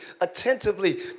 attentively